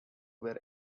were